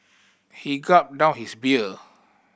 he gulped down his beer